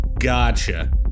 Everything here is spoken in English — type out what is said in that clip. gotcha